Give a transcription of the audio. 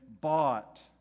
bought